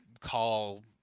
call